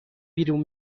بیرون